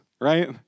right